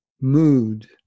mood